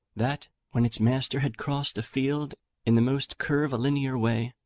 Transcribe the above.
that, when its master had crossed a field in the most curvilinear way,